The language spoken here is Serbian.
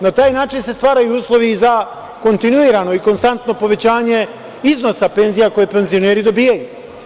Na taj način se stvaraju uslovi za kontinuirano i konstantno povećanje iznosa penzija koji penzioneri dobijaju.